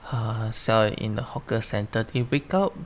err sell in the hawker centre they wake up